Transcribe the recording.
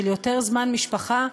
של יותר זמן משפחה,